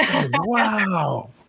Wow